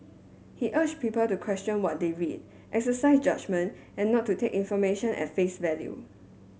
he urged people to question what they read exercise judgement and not to take information at face value